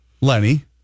Lenny